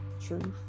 truth